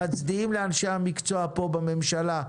מצדיעים לאנשי המקצוע בממשלה,